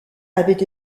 avait